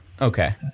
Okay